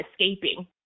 escaping